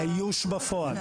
האיוש בפועל.